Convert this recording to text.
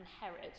Herod